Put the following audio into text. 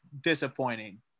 disappointing